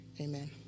Amen